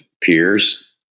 peers